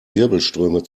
wirbelströme